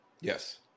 Yes